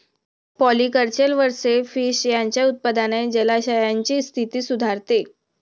polyculture व shellfish यांच्या उत्पादनाने जलाशयांची स्थिती सुधारते